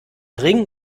ring